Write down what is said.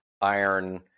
iron